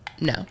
No